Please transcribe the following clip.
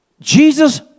Jesus